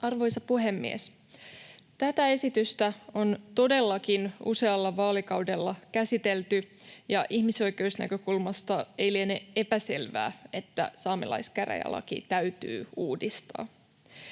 Arvoisa puhemies! Tätä esitystä on todellakin usealla vaalikaudella käsitelty, ja ihmisoikeusnäkökulmasta ei liene epäselvää, että saamelaiskäräjälaki täytyy uudistaa.